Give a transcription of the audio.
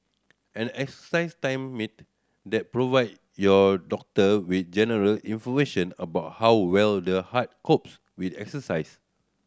an exercise they provide your doctor with general information about how well the heart copes with exercise